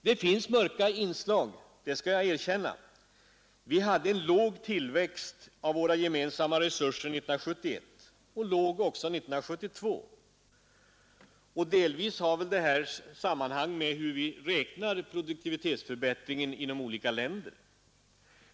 Det finns mörka inslag, det skall jag erkänna: vi hade för låg tillväxt av våra gemensamma resurser 1971 och också 1972. Delvis har väl det samband med hur vi räknar produktivitetsförbättringen inom olika länder.